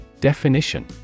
Definition